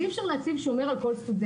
אי אפשר להציב שומר על כל סטודנט.